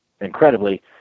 Incredibly